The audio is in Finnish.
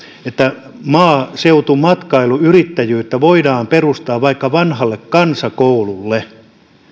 että maaseutumatkailuyrittäjyyttä voidaan perustaa vaikka vanhalle kansakoululle